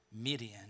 Midian